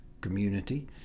community